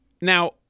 Now